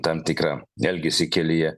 tam tikrą elgesį kelyje